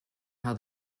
how